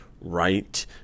right